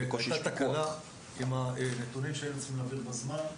הייתה תקלה עם הנתונים שהיו צריכים להעביר בזמן.